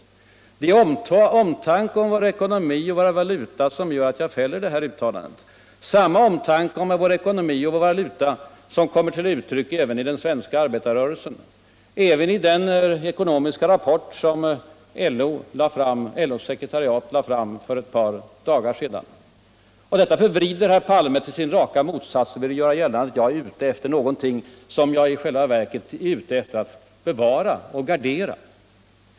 Det är omtanke om vår ekonomi och vår valuta som gör att jag fäller detta uttalande - samma omtanke om vår ckonomi och vår valuta som kommer till uttryck från den svenska arbetarrörelsen, även i den ckonomiska rapport som. LO:s utredningsavdelning lade fram för eu par dagar sedan. Detta förvrider herr Palme till sin raka motsats och vill göra gällande, atut jag riktar ett hot mot det som jag i själva verket är ute för att bevara och gardera.